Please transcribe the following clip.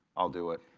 i'll do it.